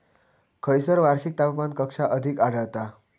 खैयसर वार्षिक तापमान कक्षा अधिक आढळता?